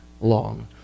long